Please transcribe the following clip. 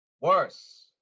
Worse